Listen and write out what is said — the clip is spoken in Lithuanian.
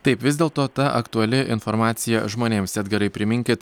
taip vis dėlto ta aktuali informacija žmonėms edgarai priminkit